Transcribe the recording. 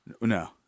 no